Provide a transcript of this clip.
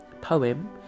poem